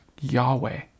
Yahweh